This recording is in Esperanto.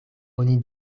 oni